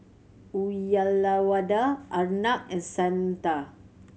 Uyyalawada Arnab and Santha